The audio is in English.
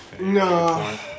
No